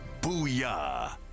Booyah